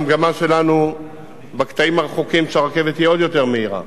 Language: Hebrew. המגמה שלנו בקטעים הרחוקים שהרכבת תהיה עוד מהירה,